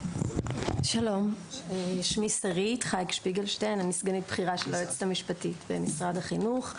אני סגנית בכירה של היועצת המשפטית במשרד החינוך.